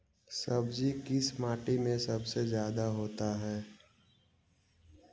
सब्जी किस माटी में सबसे ज्यादा होता है?